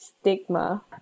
stigma